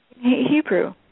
Hebrew